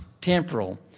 temporal